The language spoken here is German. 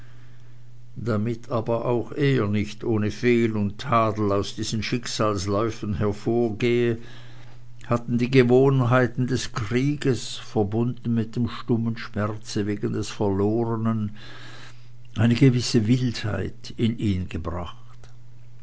damit aber auch er nicht ohne fehl und tadel aus diesen schicksalsläufen hervorgehe hatten die gewohnheiten des krieges verbunden mit dem stummen schmerze wegen des verlorenen eine gewisse wildheit in ihn gebracht